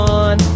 on